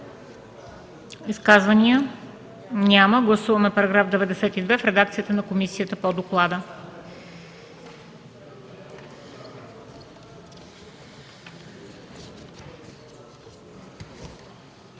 Изказвания? Няма. Гласуваме § 94 в редакцията на комисията по доклада.